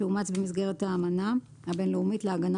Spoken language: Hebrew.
שאומץ במסגרת האמנה הבין-לאומית להגנה